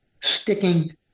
sticking